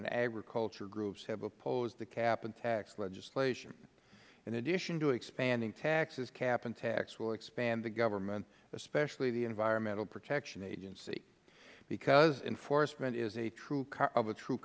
and agriculture groups have opposed the cap and tax legislation in addition to expanding taxes cap and tax will expand the government especially the environmental protection agency because enforcement of a true